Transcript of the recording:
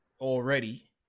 already